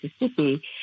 Mississippi